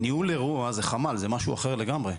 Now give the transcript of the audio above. ניהול אירוע זה חמ"ל, זה משהו אחר לגמרי.